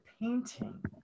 painting